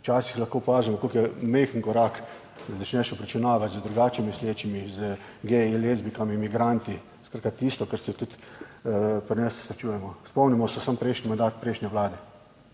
včasih lahko opazimo, kako je majhen korak, da začneš obračunavati z drugače mislečimi, z geji, lezbijkami, migranti, skratka tisto, kar se tudi pri nas srečujemo. Spomnimo se samo prejšnji mandat prejšnje vlade.